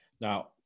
Now